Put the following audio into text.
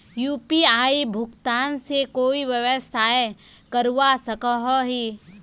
UPI भुगतान से कोई व्यवसाय करवा सकोहो ही?